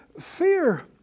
fear